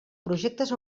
projectes